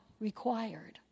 required